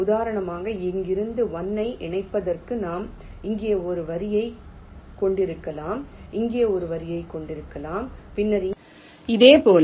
உதாரணமாக இங்கிருந்து 1 ஐ இணைப்பதற்கு நாம் இங்கே ஒரு வரியைக் கொண்டிருக்கலாம் இங்கே ஒரு வரியைக் கொண்டிருக்கலாம் பின்னர் இங்கே ஒரு வரியைக் கொண்டிருக்கலாம்